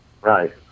Right